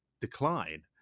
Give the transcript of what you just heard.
decline